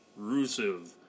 Rusev